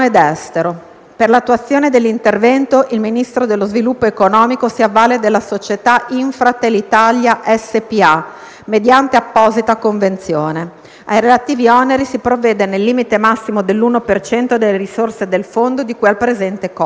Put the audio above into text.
Per l'attuazione dell'intervento il Ministero dello sviluppo economico si avvale della società Infratel Italia S.p.A., mediante apposita convenzione. Ai relativi oneri si provvede nel limite massimo dell'1 per cento delle risorse del Fondo di cui al presente comma.";